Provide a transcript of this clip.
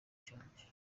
cyanjye